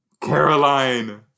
Caroline